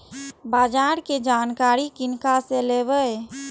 बाजार कै जानकारी किनका से लेवे?